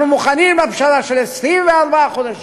אנחנו מוכנים לפשרה של 24 חודשים.